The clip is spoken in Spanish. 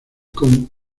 con